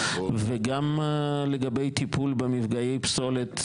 גם לגבי טיפול בנפגעי פסולת,